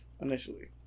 initially